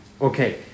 Okay